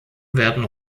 werden